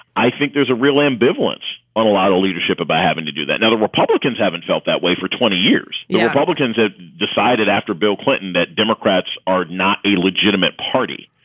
i think there's a real ambivalence on a lot of leadership about having to do that. and other republicans haven't felt that way for twenty years. you know, republicans have decided after bill clinton that democrats are not a legitimate party.